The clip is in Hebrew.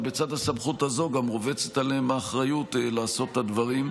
אבל בצד הסמכות הזו גם רובצת עליהם האחריות לעשות את הדברים.